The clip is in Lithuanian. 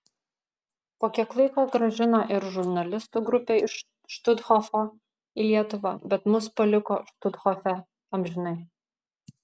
po kiek laiko grąžino ir žurnalistų grupę iš štuthofo į lietuvą bet mus paliko štuthofe amžinai